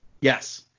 Yes